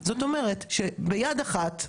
המדינה נותנת כסף לעובדים,